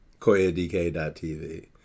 koyadk.tv